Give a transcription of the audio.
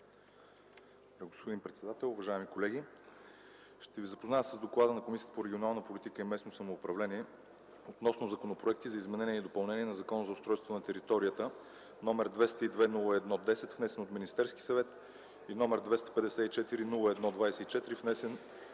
господин председател, уважаеми колеги! Ще Ви запозная с „ДОКЛАД на Комисията по регионална политика и местно самоуправление относно законопроекти за изменение и допълнение на Закона за устройство на територията, № 202-01-10, внесен от Министерския съвет и № 254-01-24, внесен